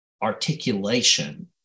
articulation